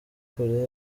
koreya